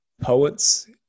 poets